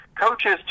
coaches